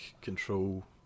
control